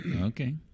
Okay